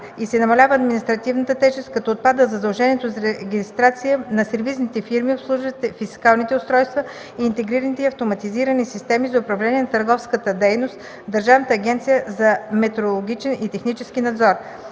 и се намалява административната тежест, като отпада задължението за регистрация на сервизните фирми, обслужващи фискалните устройства и интегрираните автоматизирани системи за управление на търговската дейност в Държавната агенция за метрологичен и технически надзор;